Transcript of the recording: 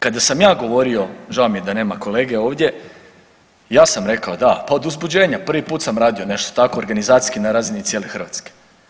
Kada sam ja govorio, žao mi je da nema kolege ovdje, ja sam rekao da pa od uzbuđenja prvi put sam radio nešto tako organizaciji na razini cijele Hrvatske.